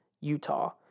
Utah